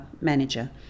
Manager